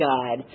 God